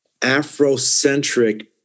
Afrocentric